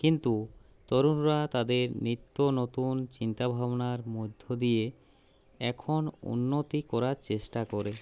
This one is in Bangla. কিন্তু তরুণরা তাদের নিত্য নতুন চিন্তাভাবনার মধ্য দিয়ে এখন উন্নতি করার চেষ্টা করে